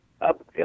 Up